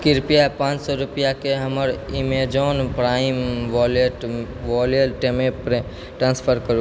कृप्या पांँच सए रूपैआ के हमर एमेजौन प्राइम वॉलेटमे ट्रांसफर करू